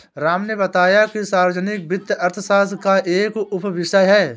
राम ने बताया कि सार्वजनिक वित्त अर्थशास्त्र का एक उपविषय है